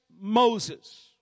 Moses